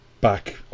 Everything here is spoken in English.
back